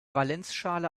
valenzschale